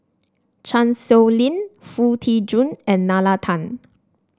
Chan Sow Lin Foo Tee Jun and Nalla Tan